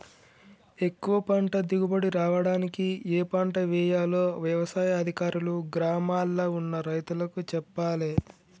ఎక్కువ పంట దిగుబడి రావడానికి ఏ పంట వేయాలో వ్యవసాయ అధికారులు గ్రామాల్ల ఉన్న రైతులకు చెప్పాలే